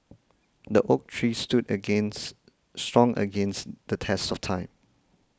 the oak tree stood against strong against the test of time